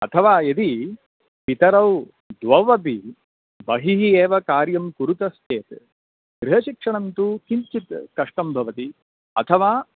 अथवा यदि पितरौ द्वौपि बहिः एव कार्यं कुरुतश्चेत् गृहशिक्षणं तु किञ्चित् कष्टं भवति अथवा